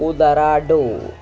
Colorado